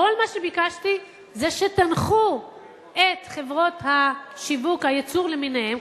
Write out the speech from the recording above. כל מה שביקשתי זה שתנחו את חברות השיווק והייצור למיניהן,